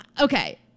Okay